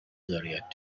zodiac